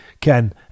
Ken